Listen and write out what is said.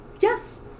yes